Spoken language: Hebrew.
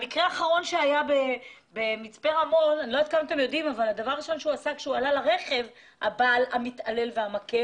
אני לא יודעת אם אתם יודעים אבל הבעל המתעלל והמכה